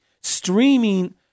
streaming